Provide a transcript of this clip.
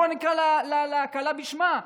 בואו נקרא לכלה בשמה.